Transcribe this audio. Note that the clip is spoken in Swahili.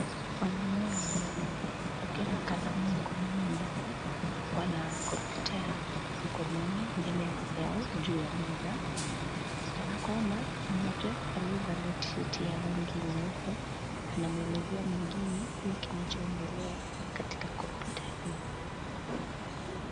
Wanaume wawili wakiwa na kalamu mkononi mwao wanakompyuta ya mkononi mbele yao juu ya meza kana kwamba mmoja aliyevalia shati ya rangi nyeupe anamwelezea mwingine nini kinachoendelea katika kompyuta hio.